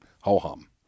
Ho-hum